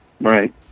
Right